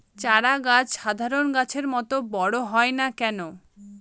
চারা গাছ সাধারণ গাছের মত বড় হয় না কেনো?